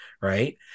Right